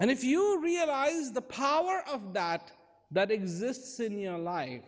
and if you realize the power of that that exists in your life